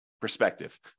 Perspective